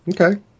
Okay